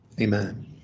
Amen